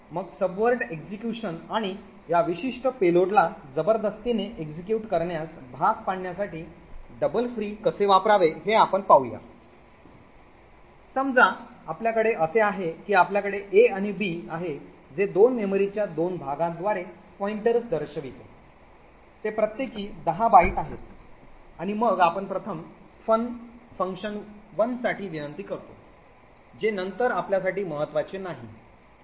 तर मग subvert execution आणि या विशिष्ट payload ला जबरदस्ती ने execute करण्यास भाग पाडण्यासाठी double free कसे वापरावे हे आपण पाहूया समजा आपल्याकडे असे आहे की आपल्याकडे a आणि b आहे जे दोन मेमरीच्या दोन भागांद्वारे pointers दर्शविते जे प्रत्येकी 10 बाइट आहेत आणि मग आपण प्रथम fun1 साठी विनंती करतो जे नंतर आपल्यासाठी महत्वाचे नाही